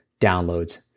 downloads